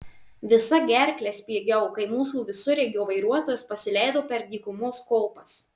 visa gerkle spiegiau kai mūsų visureigio vairuotojas pasileido per dykumos kopas